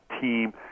team